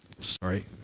sorry